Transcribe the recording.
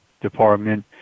department